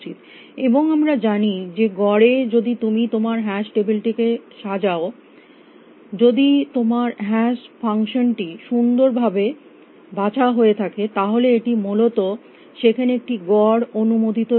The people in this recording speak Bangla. এবং আমরা জানি যে গড়ে যদি তুমি তোমার হ্যাশ টেবিল টিকে সাজাও যদি তোমার হ্যাশ ফাংশনটি সন্দর ভাবে বাছা হয়ে থাকে তাহলে এটি মূলত সেখানে একটি গড় অনুমোদিত সময় দেবে